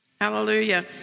Hallelujah